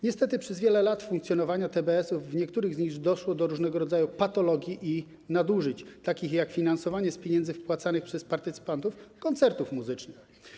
Niestety przez wiele lat funkcjonowania TBS-ów w niektórych z nich doszło do różnego rodzaju patologii i nadużyć, takich jak finansowanie z pieniędzy wpłacanych przez partycypantów koncertów muzycznych.